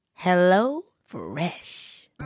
HelloFresh